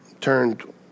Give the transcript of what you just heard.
turned